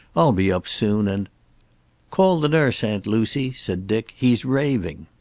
i'll be up soon and call the nurse, aunt lucy, said dick. he's raving.